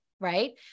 right